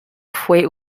fue